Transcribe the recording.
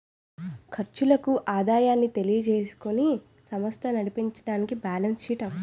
ఖర్చులను ఆదాయాన్ని తెలియజేసుకుని సమస్త నడిపించడానికి బ్యాలెన్స్ షీట్ అవసరం